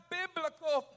biblical